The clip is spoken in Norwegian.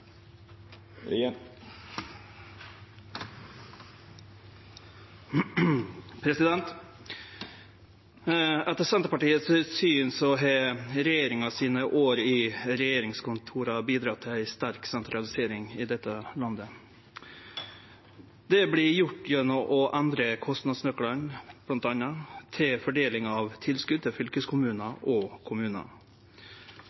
Etter Senterpartiet sitt syn har regjeringas år i regjeringskontora bidratt til ei sterk sentralisering i dette landet. Det vert gjort gjennom å endre kostnadsnøklane, bl.a. til fordeling av tilskot til fylkeskommunar